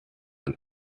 and